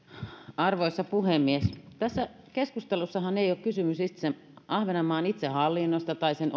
arvoisa puhemies tässä keskustelussahan ei ole kysymys ahvenanmaan itsehallinnosta tai sen